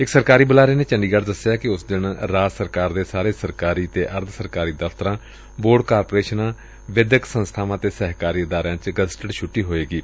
ਇਕ ਸਰਕਾਰੀ ਬੁਲਾਰੇ ਨੇ ਚੰਡੀਗੜ ਚ ਦਸਿਆ ਕਿ ਉਸ ਦਿਨ ਰਾਜ ਸਰਕਾਰ ਦੇ ਸਾਰੇ ਸਰਕਾਰੀ ਅਤੇ ਅਰਧ ਸਰਕਾਰੀ ਦਫਤਰਾਂ ਬੋਰਡਕਾਰਪੋਰੇਸ਼ਨਾਂ ਵਿਦਿਅਕ ਸੰਸਬਾਵਾਂ ਅਤੇ ਸਹਿਕਾਰੀ ਅਦਾਰਿਆਂ ਚ ਗਜ਼ਟਿਡ ਛੁੱਟੀ ਹੋਵੇਗੀ